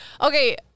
Okay